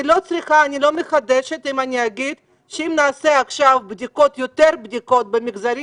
אני לא מחדשת אם אני אגיד שאם נעשה עכשיו יותר בדיקות במגזרים